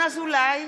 ינון אזולאי,